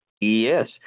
Yes